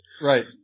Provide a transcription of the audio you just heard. Right